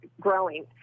growing